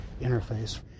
interface